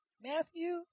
Matthew